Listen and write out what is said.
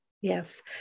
Yes